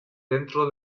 dentro